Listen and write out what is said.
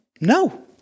No